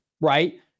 right